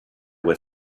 were